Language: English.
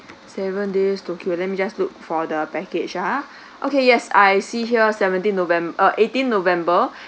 seven days tokyo let me just look for the package ah okay yes I see here seventeen nov~ eighteen november